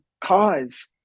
cause